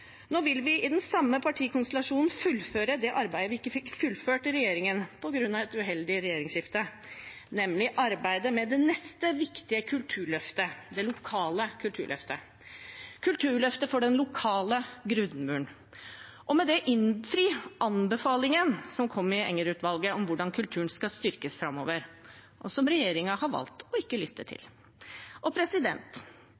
Nå vil vi i den samme partikonstellasjonen fullføre det arbeidet vi ikke fikk fullført i regjering på grunn av et uheldig regjeringsskifte, nemlig arbeidet med det neste viktige kulturløftet – det lokale kulturløftet, kulturløftet for den lokale grunnmuren, og med det innfri anbefalingen som kom i Enger-utvalget om hvordan kulturen skal styrkes framover, og som regjeringen har valgt ikke å lytte